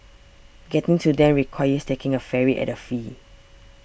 getting to them requires taking a ferry at a fee